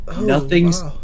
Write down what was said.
Nothing's